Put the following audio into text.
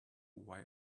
why